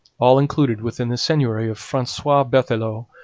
all included within the seigneury of francois berthelot,